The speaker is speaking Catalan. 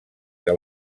que